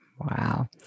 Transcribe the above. Wow